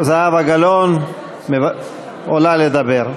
זהבה גלאון עולה לדבר.